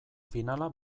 finala